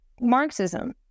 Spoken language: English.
Marxism